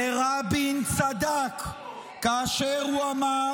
חבר הכנסת קריב --- ורבין צדק כאשר הוא אמר